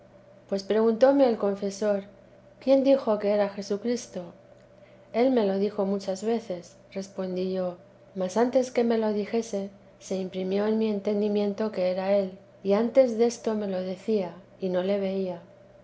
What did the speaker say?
pues preguntóme el confesor quién dijo que era jesucristo el me lo dijo muchas veces respondí yo mas antes que me lo dijese se imprimió en mi entendimiento que era él y antes desto me lo decía y no le veía